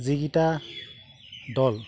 যিকেইটা দল